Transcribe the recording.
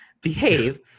behave